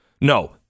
No